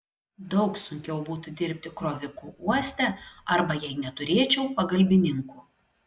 daug sunkiau būtų dirbti kroviku uoste arba jei neturėčiau pagalbininkų